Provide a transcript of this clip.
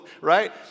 right